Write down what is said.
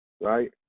right